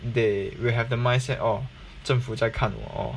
they will have the mindset orh 政府在看我 orh